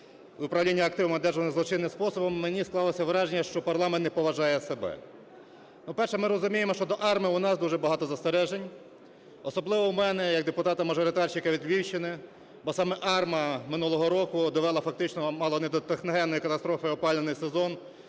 управління активами, одержаними злочином способом, мені склалося враження, що парламент не поважає себе. По-перше, ми розуміємо що до АРМА у нас дуже багато застережень, особливо у мене, як депутата-мажоритарщика від Львівщини, бо саме АРМА минулого року довела фактично мало не до техногенної катастрофи опалювальний сезон